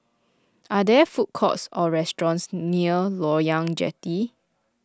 are there food courts or restaurants near Loyang Jetty